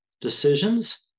decisions